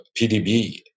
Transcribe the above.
PDB